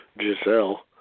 Giselle